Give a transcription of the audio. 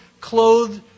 clothed